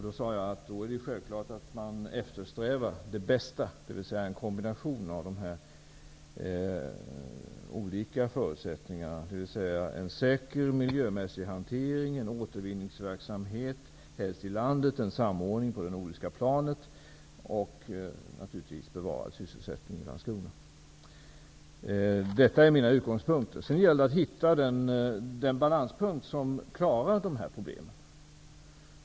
Då sade jag att det är självklart att man eftersträvar det bästa, dvs. en kombination av de olika förutsättningarna: en säker miljömässig hantering i återvinningsverksamheten, helst i landet, en samordning på det nordiska planet och naturligtvis bevarad sysselsättning i Landskrona. Detta är mina utgångspunkter. Sedan gäller det att hitta den balanspunkt som klarar de här problemen.